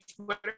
Twitter